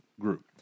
group